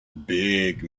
big